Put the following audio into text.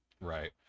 right